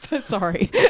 sorry